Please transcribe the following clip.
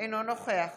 אינו נוכח